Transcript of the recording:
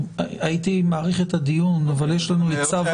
הייתי מאריך את הדיון אבל יש לנו את סף